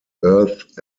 earth